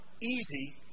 easy